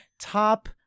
top